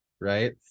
right